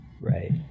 Right